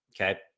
Okay